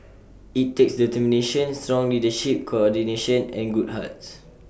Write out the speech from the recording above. IT takes determination strong leadership coordination and good hearts